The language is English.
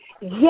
Yes